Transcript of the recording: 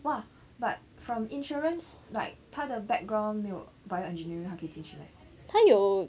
!wah! but from insurance like 她的 background 没有 bio engineering 他可以进去 meh